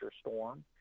storm